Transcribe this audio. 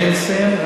אני מסיים.